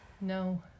No